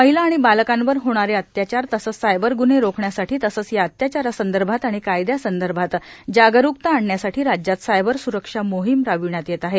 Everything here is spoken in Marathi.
महिला आणि बालकांवर होणारे अत्याचार तसंच सायबर गुन्हे रोखण्यासाठी तसंच या अत्याचारा संदर्भात आणि कायदयासंदर्भात जागरूकता आणण्यासाठी राज्यात सायबर सुरक्षा मोहिम राबवण्यात येत आहे